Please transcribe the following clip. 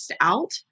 out